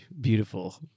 Beautiful